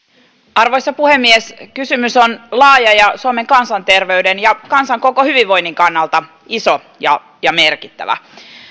arvoisa puhemies kysymys on laaja ja suomen kansanterveyden ja kansan koko hyvinvoinnin kannalta iso ja ja merkittävä